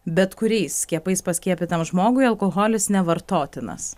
bet kuriais skiepais paskiepytam žmogui alkoholis nevartotinas